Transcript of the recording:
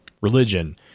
religion